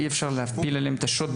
אי אפשר להפיל עליהם את השוט,